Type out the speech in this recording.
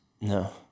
No